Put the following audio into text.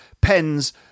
pens